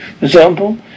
example